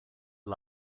you